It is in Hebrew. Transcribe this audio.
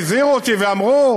הרי הזהירו אותי ואמרו: